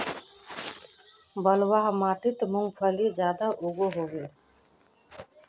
बलवाह माटित मूंगफली ज्यादा उगो होबे?